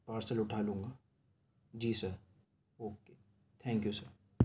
parcel اٹھا لوں گا جی sir okay thank you sir